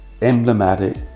emblematic